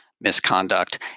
misconduct